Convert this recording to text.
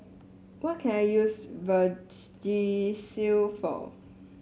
what can I use Vagisil for